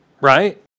Right